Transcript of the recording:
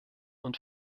und